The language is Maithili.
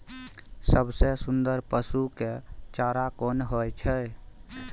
सबसे सुन्दर पसु के चारा कोन होय छै?